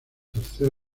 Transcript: tercer